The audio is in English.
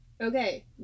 Okay